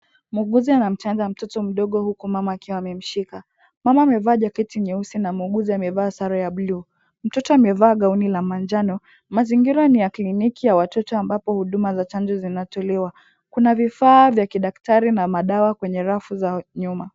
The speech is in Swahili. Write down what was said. Muuguzi anamchanja mtoto mdogo huku mama akiwa amemshika. Mama amevaa jacket nyeusi na muuguzi amevaa sare ya blue .Mtoto amevaa gauni la manjano. Mazingira ni ya kliniki ya watoto ambapo huduma za chanjo zinatolewa. Kuna vifaa vya kidaktari na madawa kwenye rafu za nyuma.